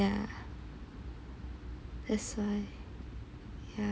ya that's why